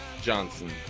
Johnson